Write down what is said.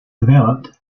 developed